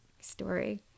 story